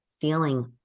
feeling